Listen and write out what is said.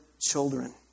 Children